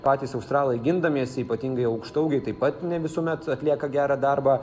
patys australai gindamiesi ypatingai aukštaūgiai taip pat ne visuomet atlieka gerą darbą